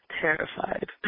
terrified